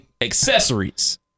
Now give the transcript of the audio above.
accessories